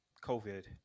covid